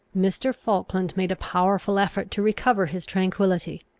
mr. falkland made a powerful effort to recover his tranquillity.